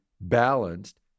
balanced